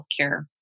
healthcare